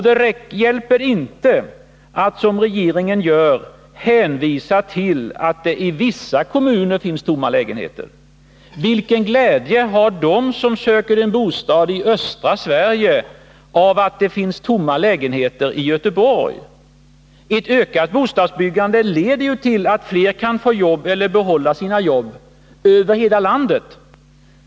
Det hjälper inte att, som regeringen gör, hänvisa till att det i vissa kommuner finns tomma lägenheter. Vilken glädje har de som söker en bostad i östra Sverige av att det finns tomma lägenheter i Göteborg? Ett ökat bostadsbyggande leder till att fler människor över hela landet kan få jobb eller behålla sina jobb.